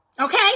Okay